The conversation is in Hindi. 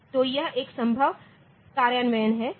तो यह एक संभव कार्यान्वयन है